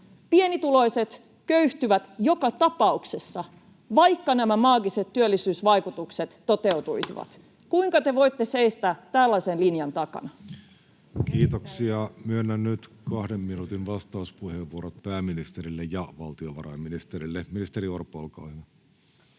Pienituloiset köyhtyvät joka tapauksessa, vaikka nämä maagiset työllisyysvaikutukset toteutuisivat. Kuinka te voitte seistä tällaisen linjan takana? Kiitoksia. — Myönnän nyt kahden minuutin vastauspuheenvuorot pääministerille ja valtiovarainministerille. — Ministeri Orpo, olkaa hyvä.